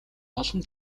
олон